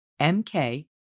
MK